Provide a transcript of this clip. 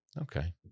Okay